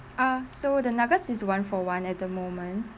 ah so the nuggets is one for one at the moment